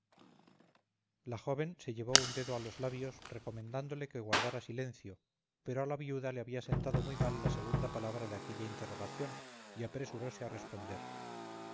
la joven se llevó un dedo a los labios recomendándole que guardara silencio pero a la viuda le había sentado muy mal la segunda palabra de aquella interrogación y apresurose a responder